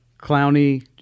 clowny